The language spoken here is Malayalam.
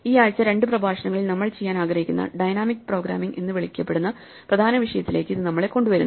ഈ ആഴ്ച രണ്ട് പ്രഭാഷണങ്ങളിൽ നമ്മൾ ചെയ്യാൻ ആഗ്രഹിക്കുന്ന ഡൈനാമിക് പ്രോഗ്രാമിംഗ് എന്ന് വിളിക്കപ്പെടുന്ന പ്രധാന വിഷയത്തിലേക്ക് ഇത് നമ്മളെ കൊണ്ടുവരുന്നു